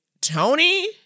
Tony